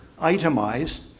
itemized